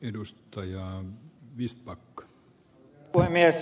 arvoisa herra puhemies